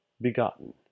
begotten